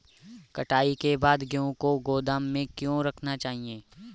कटाई के बाद गेहूँ को गोदाम में क्यो रखना चाहिए?